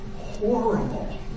horrible